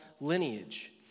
lineage